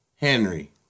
Henry